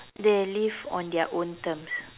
they live on their own terms